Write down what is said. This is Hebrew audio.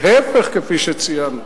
להיפך, כפי שציינו.